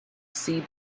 see